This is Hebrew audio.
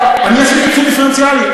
אני עשיתי תקצוב דיפרנציאלי.